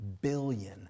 billion